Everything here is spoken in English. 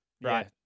Right